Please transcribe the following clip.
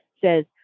says